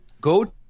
go